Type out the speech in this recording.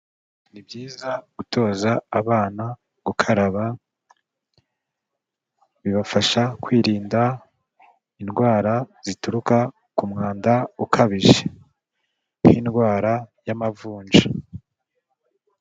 Ni byiza gutoza abana gukaraba, bibafasha kwirinda indwara zituruka ku mwanda ukabije nk'indwara y'amavunja.